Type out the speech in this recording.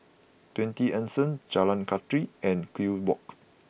Twenty Anson Jalan Kathi and Kew Walk